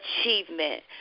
Achievement